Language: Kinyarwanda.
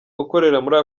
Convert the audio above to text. ukorera